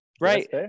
right